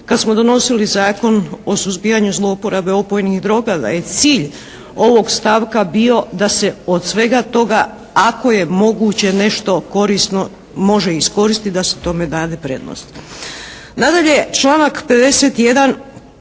kad smo donosili Zakon o suzbijanju zlouporabe opojnih droga da je cilj ovog stavka bio da se od svega toga ako je moguće nešto korisno može iskoristiti da se tome dade prednost. Nadalje, članak 51.